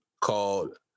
called